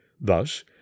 Thus